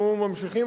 אנחנו ממשיכים,